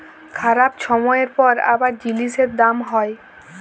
খারাপ ছময়ের পর আবার জিলিসের দাম হ্যয়